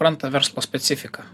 pranta verslo specifiką